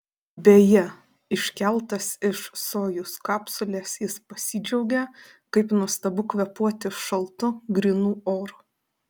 beje iškeltas iš sojuz kapsulės jis pasidžiaugė kaip nuostabu kvėpuoti šaltu grynu oru